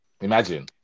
Imagine